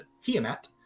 Tiamat